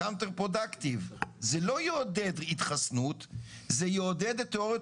זה לא יעודד התחסנות אלא יעודד את תיאוריות